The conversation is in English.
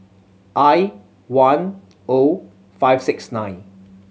I one O five six nine